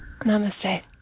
Namaste